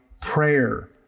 prayer